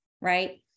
right